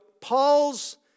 Paul's